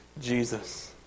Jesus